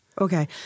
Okay